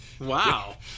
Wow